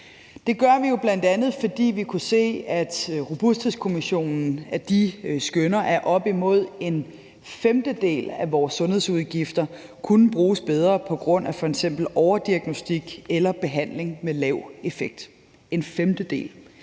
Det gør vi jo bl.a., fordi vi kunne se, at Robusthedskommissionen skønner, at op imod en femtedel af vores sundhedsudgifter kunne bruges bedre på grund af f.eks. overdiagnosticering eller behandling med lav effekt – en femtedel.